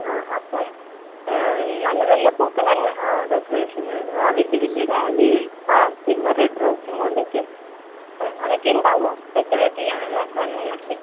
ആ അപ്പം നല്ല നല്ല പൂക്കൾ തന്നെ ആ ഡെക്കറേഷന് ആ വല്യ വല്യ ഡാലിയയും ആ പിന്നെ റെഡ് റോസും കൊണ്ടുമൊക്കെ അതൊക്കെയുണ്ടാവുമോ ഡെകൊറേറ്റ് ചെയ്യാനുള്ള സാധനങ്ങളൊക്കെ